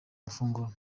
amafunguro